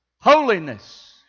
holiness